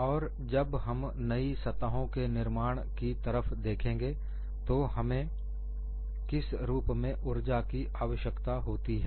और जब हम नई सतहों के निर्माण की तरफ देखेंगें तो हमें किस रूप में ऊर्जा की आवश्यकता होती है